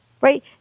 right